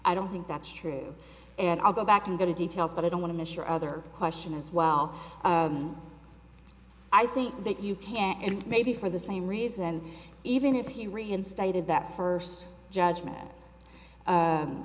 i don't think that's true and i'll go back i'm going to details but i don't want to miss your other question as well i think that you can't and maybe for the same reason even if you reinstated that first judgment